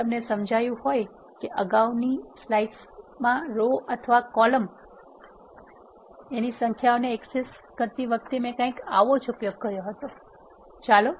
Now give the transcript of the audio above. જો તમને સમજાયું હોય કે અગાઉની સ્લાઇડ્સમાં રો અથવા કોલમની સંખ્યાને એક્સેસ કરતી વખતે મેં કંઈક આવું જ ઉપયોગ કર્યો હોતુ